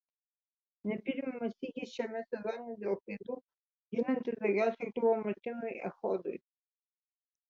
ne pirmą sykį šiame sezone dėl klaidų ginantis daugiausiai kliuvo martynui echodui